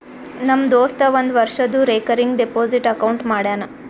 ನಮ್ ದೋಸ್ತ ಒಂದ್ ವರ್ಷದು ರೇಕರಿಂಗ್ ಡೆಪೋಸಿಟ್ ಅಕೌಂಟ್ ಮಾಡ್ಯಾನ